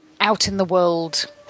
out-in-the-world